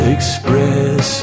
Express